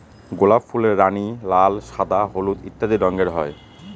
গোলাপ ফুলের রানী, লাল, সাদা, হলুদ ইত্যাদি রঙের হয়